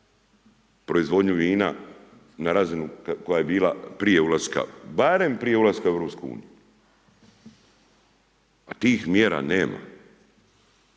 proizvodnju vina koja je bila prije ulaska, barem prije ulaska u EU, a tih mjera nema,